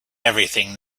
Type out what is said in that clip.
everything